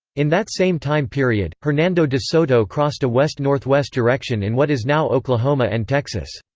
in that same time period, hernando de soto crossed a west-northwest direction in what is now oklahoma and texas.